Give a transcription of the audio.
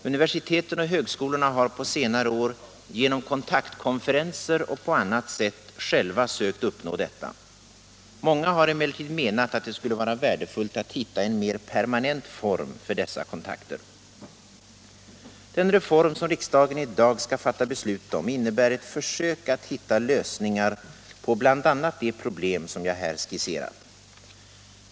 Universiteten och högskolorna har på senare år, genom kontaktkonferenser och på annat sätt, själva sökt uppnå detta. Många har emellertid menat att det skulle vara värdefullt att hitta en mer permanent form för dessa kontakter. Den reform som riksdagen i dag skall fatta beslut om innebär ett försök att hitta lösningar på bl.a. de problem som jag här skisserat.